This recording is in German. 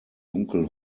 dunkel